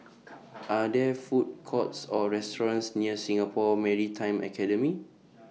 Are There Food Courts Or restaurants near Singapore Maritime Academy